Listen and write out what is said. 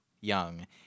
young